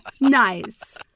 Nice